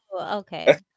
okay